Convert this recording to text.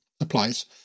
applies